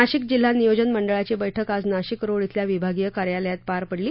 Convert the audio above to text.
नाशिक जिल्हा नियोजन मंडळाची बैठक आज नाशिक रोड धिल्या विभागीय कार्यालयात पार पडली